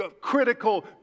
critical